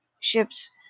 ships